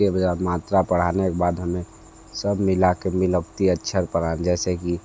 के बाद मात्रा पढ़ाने के बाद हमें सब मिलाके मिलावटी अक्षर पढ़ा जैसे कि